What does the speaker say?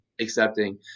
accepting